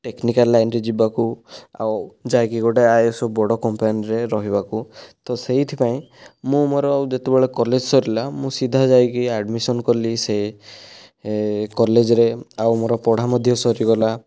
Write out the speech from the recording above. technical ଲାଇନରେ ଯିବାକୁ ଆଉ ଯାଇକି ଗୋଟିଏ ଆଇଏଏସ୍ ଓ ବଡ଼ କମ୍ପାନୀରେ ରହିବାକୁ ତ ସେଇଥିପାଇଁ ମୁଁ ମୋର ଯେତେବେଳେ କଲେଜ ସରିଲା ମୁଁ ସିଧା ଯାଇକି ଆଡ଼ମିସନ୍ କଲି ସେ କଲେଜରେ ଆଉ ମୋର ପଢ଼ା ମଧ୍ୟ ସରିଗଲା